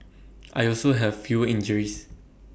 I also have fewer injuries